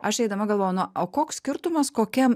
aš eidama galvojau na o koks skirtumas kokiam